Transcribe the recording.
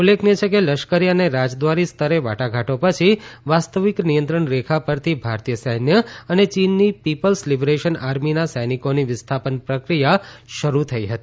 ઉલ્લેખનીય છે કે લશ્કરી અને રાજદ્વારી સ્તરે વાટાઘાટો પછી વાસ્તવિક નિયંત્રણ રેખા પરથી ભારતીય સૈન્ય અને ચીનની પીપલ્સ લિબરેશન આર્મીના સૈનિકોની વિસ્થાપન પ્રક્રિયા શરુ થઇ હતી